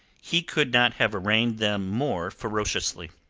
he could not have arraigned them more ferociously.